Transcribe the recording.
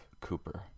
Cooper